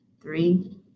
three